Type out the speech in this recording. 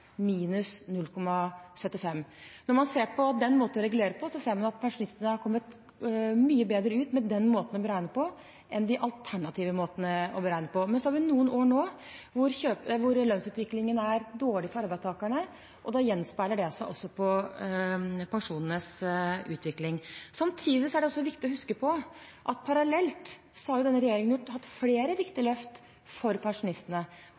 den måten å beregne på, enn med de alternative måtene å beregne på. Men vi har nå noen år hvor lønnsutviklingen er dårlig for arbeidstakerne, og da gjenspeiler det seg i utviklingen av pensjonene. Samtidig er det viktig å huske på at parallelt har denne regjeringen tatt flere riktige løft for pensjonistene,